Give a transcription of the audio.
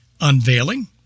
unveiling